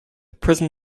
prism